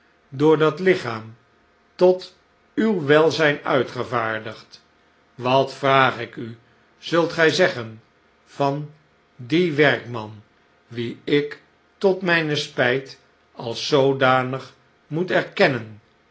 door dat lichaam tot uw welzijn uitgevaardigd wat vraag ik u zult gij zeggen van dien werkman wien ik tot mijne spijt als zoodanig moet erkennen